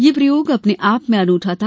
यह प्रयोग अपने आप में अनूठा था